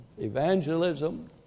evangelism